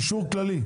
אישור כללי.